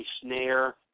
snare